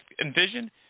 envision –